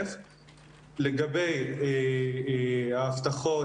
לגבי ההבטחות